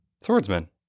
Swordsman